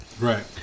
Right